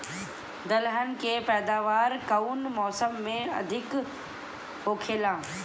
दलहन के पैदावार कउन मौसम में अधिक होखेला?